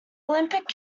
olympic